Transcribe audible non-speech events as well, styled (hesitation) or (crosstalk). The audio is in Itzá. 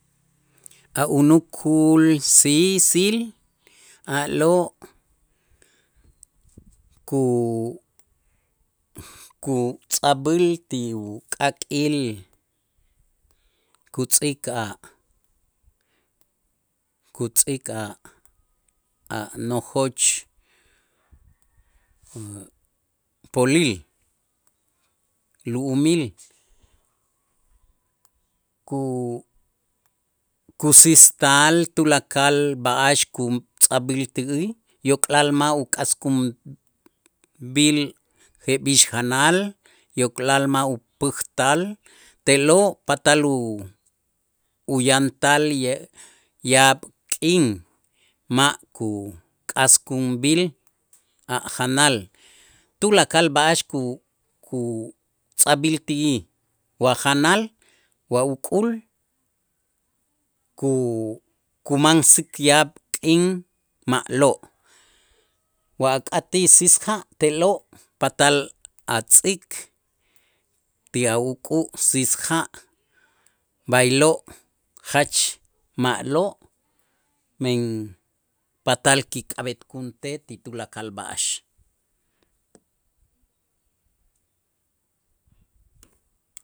A' unukul siisil a'lo' ku- kutz'ajb'äl ti uk'aak'il kutz'ik a' kutz'ik a' a' nojoch (hesitation) polil lu'umil ku- kusiistal tulakal b'a'ax kutz'ajb'il ti'ij yok'lal ma' uk'askun b'il jeb'ix janal yok'lal ma' upäjtal te'lo' patal u- uyantal yaab' k'in ma' kuk'askunb'il a' janal, tulakal b'a'ax ku- kutz'ajb'il ti'ij wa janal, wa uk'ul ku- kumansik yaab' k'in ma'lo', wa ak'atij siis ja' te'lo' patal a tz'ik ti a uk'u' siis ja', b'aylo' jach ma'lo' men patal kik'ab'etkuntej ti tulakal b'a'ax.